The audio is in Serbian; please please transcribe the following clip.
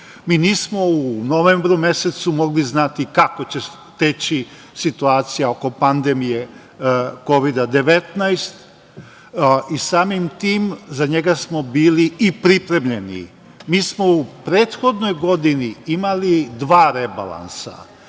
Mi nismo u novembru mesecu mogli znati kako će teći situacija oko pandemije Kovida 19 i samim tim za njega smo bili i pripremljeni. Mi smo u prethodnoj godini imali dva rebalansa.